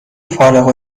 فارغ